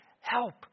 help